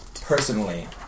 personally